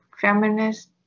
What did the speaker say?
feminist